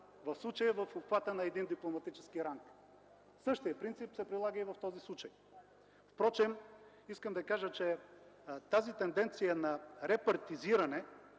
в случая в обхвата на един дипломатически ранг. Същият принцип се прилага и в този случай. Искам да кажа, че тази тенденция на репартизиране